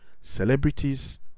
celebrities